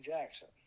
Jackson